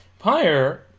Pyre